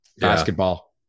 Basketball